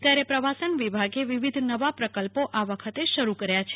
ત્યારે પ્રવાસન વિભાગે વિવિધ નવા પ્રકલ્પો આ વખતે શરૂ કર્યા છે